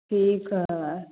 ठीक है